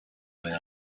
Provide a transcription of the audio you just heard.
going